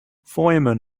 fireman